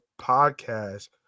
podcast